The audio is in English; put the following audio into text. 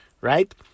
right